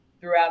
throughout